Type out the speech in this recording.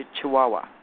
Chihuahua